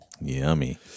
Yummy